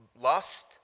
lust